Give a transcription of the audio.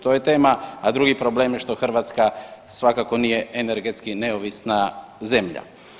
To je tema, a drugi problem je što Hrvatska svakako nije energetski neovisna zemlja.